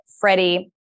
Freddie